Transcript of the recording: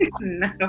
No